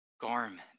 garment